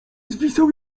zwisał